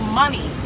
money